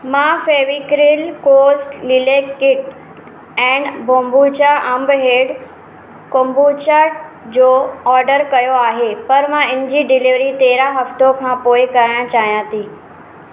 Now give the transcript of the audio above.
मां Fevicryl course लिलेक kit and बोम्बुचा अंबु हैड कोम्बुचा जो ऑडर कयो आहे पर मां इनजी डिलीवरी तेरहं हफ़्तो खां पोइ कराइणु चाहियां थी